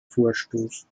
vorstoß